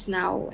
now